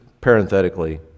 parenthetically